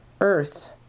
Earth